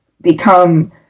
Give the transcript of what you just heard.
become